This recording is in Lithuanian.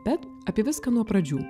bet apie viską nuo pradžių